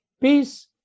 peace